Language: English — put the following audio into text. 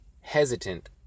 hesitant